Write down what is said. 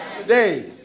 Today